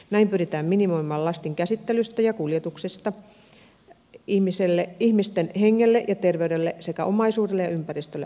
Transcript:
näin pyritään minimoimaan lastin käsittelystä ja kuljetuksesta ihmisten hengelle ja terveydelle sekä omaisuudelle ja ympäristölle aiheutuvat riskit